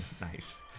Nice